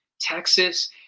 Texas